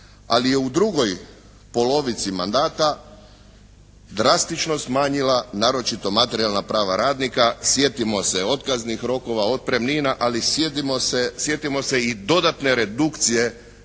ali je u drugoj polovici mandata drastično smanjila naročito materijalna prava radnika, sjetimo se otkaznih rokova, otpremnina, ali sjetimo se i dodatne redukcije